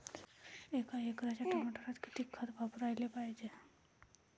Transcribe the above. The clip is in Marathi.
एका एकराच्या टमाटरात किती खत वापराले पायजे?